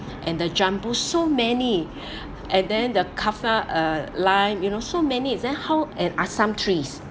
and the jambu so many and then the kaffir uh lime you know so many then how and asam trees